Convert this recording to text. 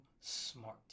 Smart